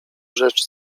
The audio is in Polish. rzecz